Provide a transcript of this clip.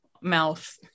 mouth